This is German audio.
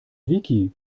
wiki